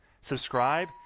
subscribe